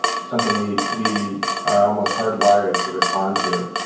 something we we are almost hardwired to respond to.